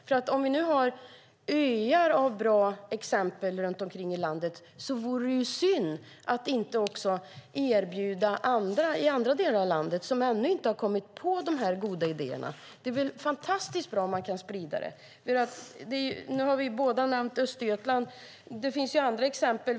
Om det finns öar av bra exempel runt om i landet vore det synd att inte också erbjuda andra i andra delar av landet som ännu inte kommit på dessa goda idéer att ta del av dem. Det är fantastiskt bra om man kan sprida dem. Nu har vi båda nämnt Östergötland. Det finns andra exempel.